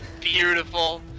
Beautiful